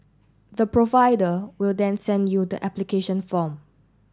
the provider will then send you the application form